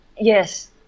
Yes